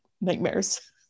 nightmares